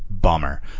bummer